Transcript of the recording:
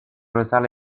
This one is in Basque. bezala